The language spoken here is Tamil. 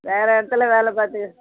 வேறு இடத்துல வேலை பார்த்துக்கிட்